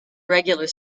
regular